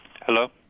Hello